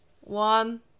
one